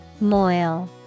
Moil